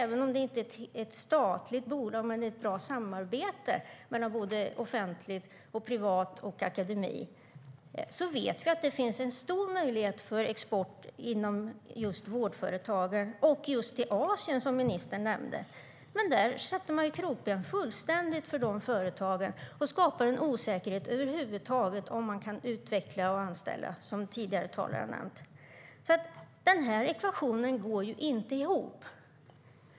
Även om det inte är ett statligt bolag utan ett bra samarbete mellan offentligt, privat och akademin vet vi att det finns en stor möjlighet för export inom just vårdföretagen och just till Asien, som ministern nämnde. Ekvationen går inte ihop.